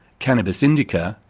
cannabis indica,